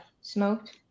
smoked